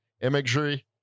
imagery